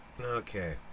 okay